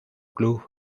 club